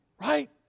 right